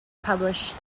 published